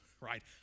right